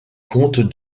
compte